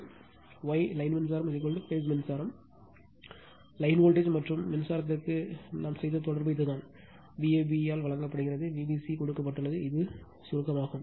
எனவே Y Y line மின்சாரம் phase மின்சாரம் லைன் வோல்டேஜ் மற்றும் மின்சாரம் த்திற்காக நாம் செய்த தொடர்பு இதுதான் Vab வழங்கப்படுகிறது Vbc கொடுக்கப்பட்டுள்ளது இது சுருக்கமாகும்